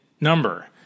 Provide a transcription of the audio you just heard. number